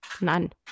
none